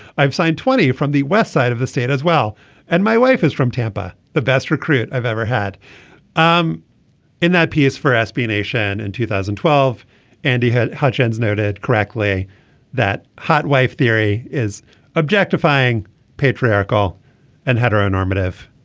i've signed twenty from the west side of the state as well and my wife is from tampa the best recruit i've ever had um in that piece for sb nation in two thousand and twelve and he had hudgins noted correctly that hot wife theory is objectifying patriarchal and hetero normative.